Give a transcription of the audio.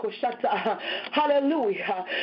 hallelujah